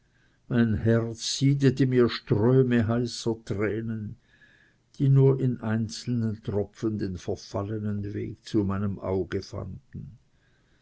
mein herz siedete mir ströme heißer tränen die nur in einzelnen tropfen den verfallenen weg zu meinem auge fanden